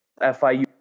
FIU